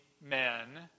men